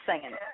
singing